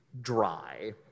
dry